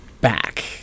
back